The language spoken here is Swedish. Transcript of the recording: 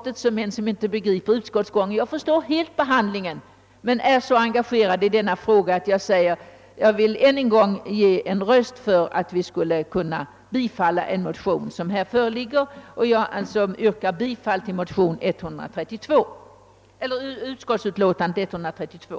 att inte känna till behandlingsordningen här i riksdagen. Den känner jag mycket väl till men är så engagerad i denna fråga, att jag än en gång vill ge min röst för motionerna. Herr talman! Jag yrkar alltså bifall till motionerna I:461 och II: 594.